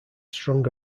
strung